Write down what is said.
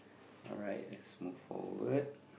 alright let's move forward